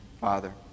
Father